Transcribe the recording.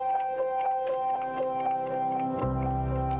(הקרנת סרטון)